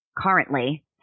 currently